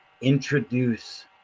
introduce